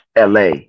LA